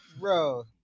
Bro